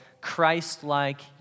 Christ-like